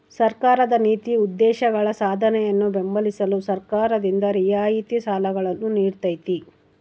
ಸರ್ಕಾರದ ನೀತಿ ಉದ್ದೇಶಗಳ ಸಾಧನೆಯನ್ನು ಬೆಂಬಲಿಸಲು ಸರ್ಕಾರದಿಂದ ರಿಯಾಯಿತಿ ಸಾಲಗಳನ್ನು ನೀಡ್ತೈತಿ